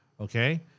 okay